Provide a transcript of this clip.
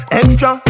extra